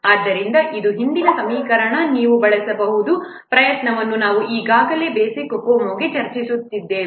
ಆದ್ದರಿಂದ ಇದು ಈ ಹಿಂದಿನ ಸಮೀಕರಣದಲ್ಲಿ ನೀವು ಬಳಸಬಹುದಾದ ಪ್ರಯತ್ನವನ್ನು ನಾವು ಈಗಾಗಲೇ ಬೇಸಿಕ್ COCOMO ಗೆ ಚರ್ಚಿಸಿದ್ದೇವೆ